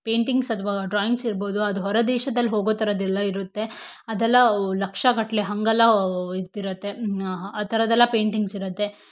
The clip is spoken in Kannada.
ಪೈಂಟಿಂಗ್ಸ್ ಅಥವಾ ಡ್ರಾಯಿಂಗ್ಸ್ ಇರ್ಬೌದು ಅದು ಹೊರದೇಶದಲ್ಲಿ ಹೋಗೋ ಥರದ್ದೆಲ್ಲ ಇರತ್ತೆ ಅದೆಲ್ಲ ಲಕ್ಷಗಟ್ಟಲೆ ಹಂಗೆಲ್ಲ ಇರ್ತಿರತ್ತೆ ಆ ಥರದ್ದೆಲ್ಲ ಪೈಂಟಿಂಗ್ಸ್ ಇರತ್ತೆ